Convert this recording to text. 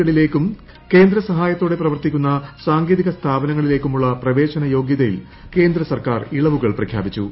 കളിലേയ്ക്കും കേന്ദ്ര സഹായത്തോടെ പ്രവർത്തിക്കുന്ന സാങ്കേതിക സ്ഥാപനങ്ങളിലേയ്ക്കുമുള്ള പ്രവേശന യോഗൃതയിൽ കേന്ദ്ര സർക്കാർ ഇളവുകൾ പ്രഖ്യാപിച്ചു